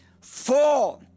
four